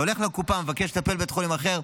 אתה הולך לקופה ומבקש לטפל בבית חולים אחר,